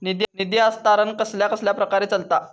निधी हस्तांतरण कसल्या कसल्या प्रकारे चलता?